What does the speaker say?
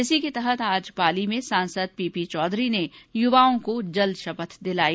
इसी के तहत आज पाली में सांसद पीपी चौधरी ने युवाओं को जल शपथ दिलाई